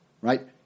Right